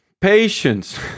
Patience